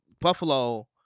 Buffalo –